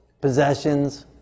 possessions